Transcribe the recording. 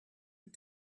and